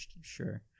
sure